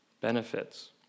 benefits